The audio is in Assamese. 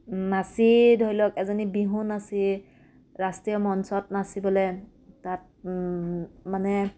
নাচি ধৰি লওক এজনী বিহু নাচি ৰাষ্ট্ৰীয় মঞ্চত নাচিবলৈ তাত মানে